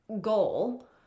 goal